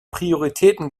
prioritäten